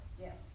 Yes